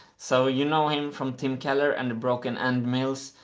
so, you know him from tim keller and the broken endmills.